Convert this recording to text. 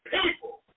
people